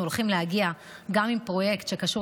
אנחנו הולכים להגיע גם עם פרויקט שקשור